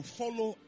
follow